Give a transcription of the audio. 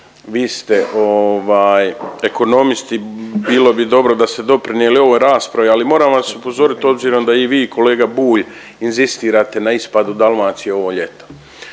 vi ste ovaj ekonomist i bilo bi dobro da ste doprinijeli ovoj raspravi, ali moram vas upozorit obzirom da i vi i kolega Bulj inzistirate na ispadu Dalmacije ovo ljeto.